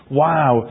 wow